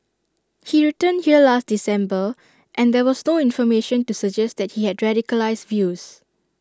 he returned here last December and there was no information to suggest that he had radicalised views